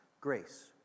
grace